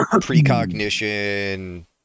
precognition